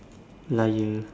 liar